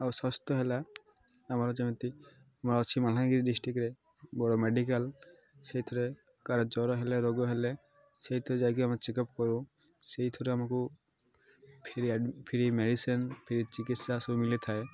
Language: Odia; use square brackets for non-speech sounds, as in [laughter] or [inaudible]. ଆଉ ସ୍ଵାସ୍ଥ୍ୟ ହେଲା ଆମର ଯେମିତି [unintelligible] ଅଛି ମାଲାଗିରି ଡିଷ୍ଟ୍ରିକ୍ରେ ବଡ଼ ମେଡ଼ିକାଲ୍ ସେଇଥିରେ କା ଜ୍ଵର ହେଲେ ରୋଗ ହେଲେ ସେଇଥି ଯାଇକି ଆମେ ଚେକଅପ୍ କରୁ ସେଇଥିରୁ ଆମକୁ ଫିରି ଫିରି ମେଡ଼ିସିନ୍ ଫିରି ଚିକିତ୍ସା ସବୁ ମିଲି ଥାଏ